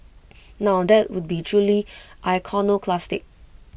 now that would be truly iconoclastic